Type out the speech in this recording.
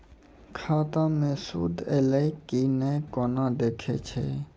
खाता मे सूद एलय की ने कोना देखय छै?